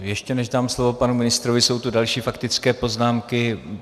Ještě než dám slovo panu ministrovi, jsou tu další faktické poznámky.